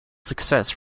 success